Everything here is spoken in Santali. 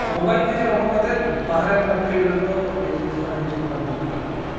ᱢᱳᱵᱟᱭᱤᱞ ᱠᱷᱚᱱᱟᱜ ᱩᱰᱩᱠ ᱠᱟᱛᱮᱫ ᱵᱟᱦᱨᱮ ᱢᱟᱱᱮ ᱯᱷᱤᱞᱰ ᱨᱮᱫᱚ ᱟᱹᱰᱤ ᱡᱤᱱᱤᱥ ᱟᱹᱰᱤ ᱡᱳᱨᱫᱟᱨ ᱫᱚᱨᱠᱟᱨ ᱠᱟᱱᱟ